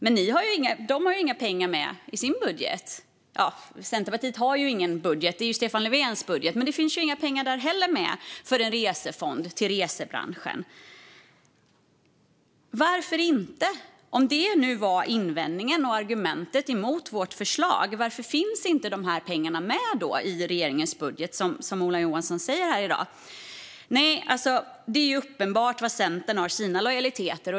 Men det har inga pengar med i sin budget. Centerpartiet har ingen budget. Det är ju Stefan Löfvens budget. Men det finns inte heller där några pengar med för en resefond till resebranschen. Varför finns inte det, om det nu var invändningen och argumentet mot vårt förslag? Varför finns då inte dessa pengar med i regeringens budget, som Ola Johansson säger här i dag? Det är uppenbart var Centern har sina lojaliteter.